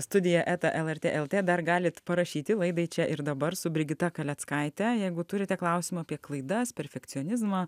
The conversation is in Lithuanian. studija eta el er tė el tė dar galit parašyti laidai čia ir dabar su brigita kaleckaite jeigu turite klausimų apie klaidas perfekcionizmą